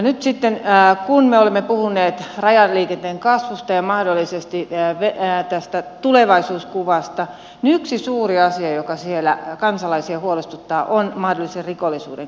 nyt kun me olemme puhuneet rajaliikenteen kasvusta ja mahdollisesta tulevaisuuskuvasta niin yksi suuri asia joka siellä kansalaisia huolestuttaa on mahdollisen rikollisuuden kasvaminen